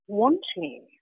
wanting